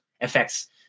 affects